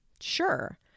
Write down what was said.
Sure